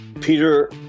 Peter